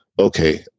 okay